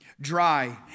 dry